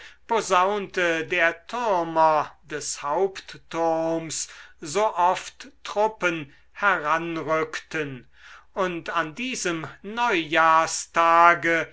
posaunte der türmer des hauptturms so oft truppen heranrückten und an diesem neujahrstage